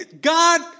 God